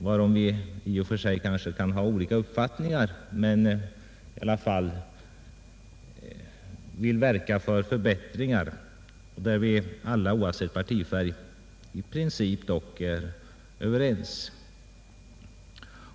Vi kan i och för sig ha olika uppfattningar om dessa mål, men när det gäller att verka för förbättringar är vi dock oavsett partifärg i princip överens.